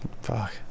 Fuck